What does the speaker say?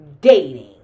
Dating